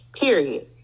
period